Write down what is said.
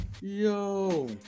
Yo